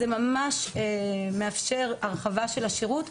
זה ממש מאפשר הרחבה של השירות,